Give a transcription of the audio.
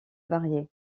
variée